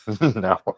No